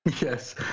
Yes